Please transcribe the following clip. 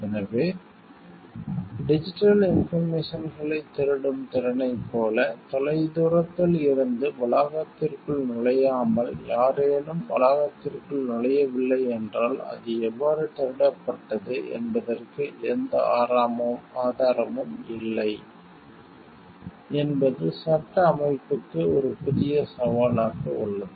எனவே டிஜிட்டல் இன்போர்மேசன்களைத் திருடும் திறனைப் போல தொலைதூரத்தில் இருந்து வளாகத்திற்குள் நுழையாமல் யாரேனும் வளாகத்திற்குள் நுழையவில்லை என்றால் அது எவ்வாறு திருடப்பட்டது என்பதற்கு எந்த ஆதாரமும் இல்லை என்பது சட்ட அமைப்புக்கு ஒரு புதிய சவாலாக உள்ளது